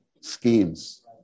schemes